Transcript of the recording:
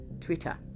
twitter